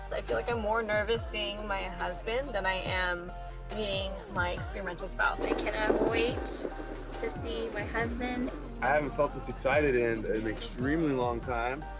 i feel like i'm more nervous seeing my husband than i am meeting my experimental spouse. i cannot wait to see my husband. i haven't felt this excited in an extremely long time.